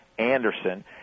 Anderson